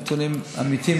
נתונים אמיתיים,